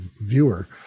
viewer